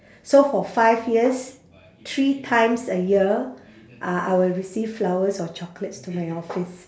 so for five years three times a year uh I will receive flowers or chocolates to my office